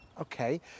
Okay